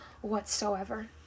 whatsoever